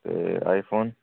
ते आईफोन